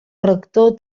rector